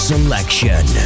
Selection